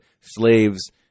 slaves